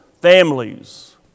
families